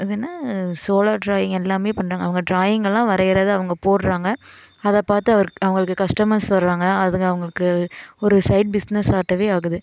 அது என்ன solar drawing எல்லாமே பண்ணுறாங்க அவங்க டிராயிங்கெல்லாம் வரையிரதை அவங்க போடுறாங்க அதை பார்த்து அவருக்கு அவங்களுக்கு கஷ்டமர்ஸ் வருவாங்க அதுங்க அவங்களுக்கு ஒரு சைட் பிஸ்னஸாட்டமே ஆகுது